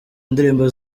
ndirimbo